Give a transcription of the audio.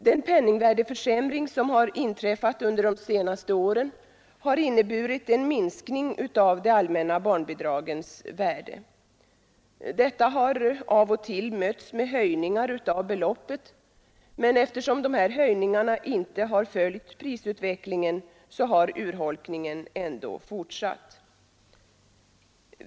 Den penningvärdeförsämring som inträffat under de senaste åren har inneburit en minskning av de allmänna barnbidragens värde. Detta förhållande har av och till mötts med höjningar av beloppet, men eftersom dessa höjningar inte följt prisutvecklingen har urholkningen ändå fortsatt.